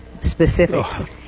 specifics